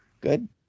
Good